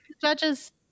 judges